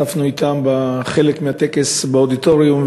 השתתפנו אתם בחלק מהטקס באודיטוריום,